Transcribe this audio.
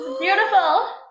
Beautiful